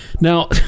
Now